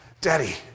Daddy